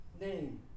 name